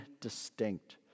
distinct